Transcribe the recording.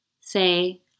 say